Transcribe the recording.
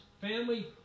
family